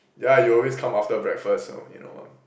yeah you always come after breakfast so you know one